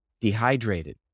dehydrated